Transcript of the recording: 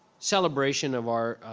celebration of our